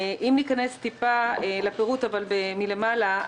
אם ניכנס טיפה לפירוט אבל מלמעלה,